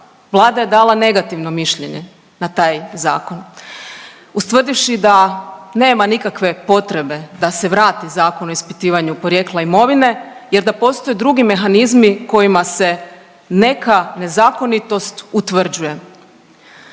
Vlada je dala negativno mišljenje na taj zakon ustvrdivši da nema nikakve potrebe da se vrati Zakon o ispitivanju porijekla imovine jer da postoje drugi mehanizmi kojima se neka nezakonitost utvrđuje.